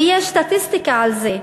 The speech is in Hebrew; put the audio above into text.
ויש סטטיסטיקה על זה.